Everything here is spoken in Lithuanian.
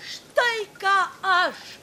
štai ką aš